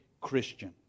Christian